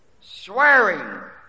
Swearing